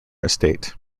estate